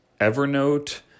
Evernote